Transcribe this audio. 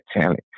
talent